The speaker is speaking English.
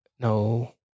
No